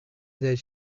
that